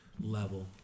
level